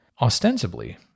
Ostensibly